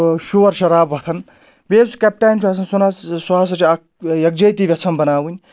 شور شرابہٕ وۄتھان بیٚیہِ یُس کیپٹین چھُ آسان سُہ نہ حظ سُہ ہَسا چھُ اکھ یکجیتی گژھان بَناوٕنۍ